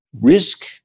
risk